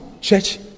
church